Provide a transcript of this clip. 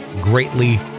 greatly